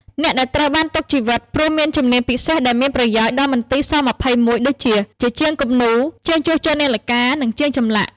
អ្នកដែលត្រូវបានទុកជីវិត ព្រោះមានជំនាញពិសេសដែលមានប្រយោជន៍ ដល់មន្ទីរ ស-២១ ដូចជា ជាជាងគំនូរ ជាងជួសជុលនាឡិកា និងជាងចម្លាក់ ។